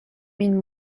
min